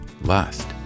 lust